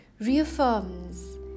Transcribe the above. reaffirms